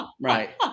Right